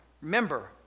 remember